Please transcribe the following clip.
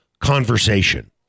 conversation